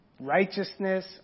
righteousness